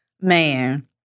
man